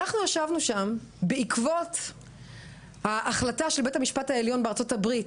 אנחנו ישבנו שם בעקבות ההחלטה של בית המשפט העליון בארצות הברית,